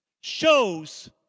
shows